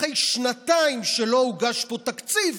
אחרי שנתיים שלא הוגש פה תקציב,